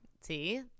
See